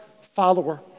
follower